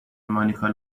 مانیکا